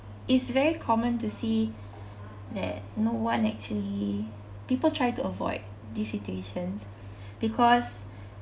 it's very common to see that no one actually people try to avoid these situations because